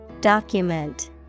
Document